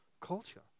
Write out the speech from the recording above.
culture